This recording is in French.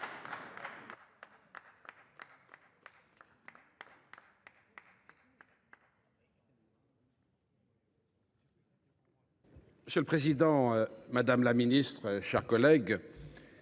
Monsieur le président, madame la ministre, mes chers collègues,